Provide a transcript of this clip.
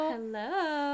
Hello